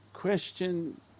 question